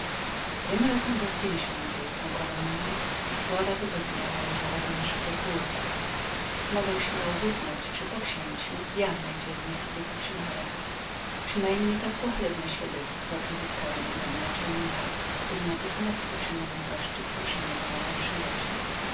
tym razem rozbiliśmy angielską kolumnę i sława tego dnia należała do naszego pułku mogę śmiało wyznać że po księciu ja najdzielniej sobie poczynałem przynajmniej tak pochlebne świadectwo pozyskałem od mego naczelnika który natychmiast uczynił mi zaszczyt proszenia o moją przyjaźń